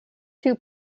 two